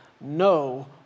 no